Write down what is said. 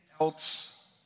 else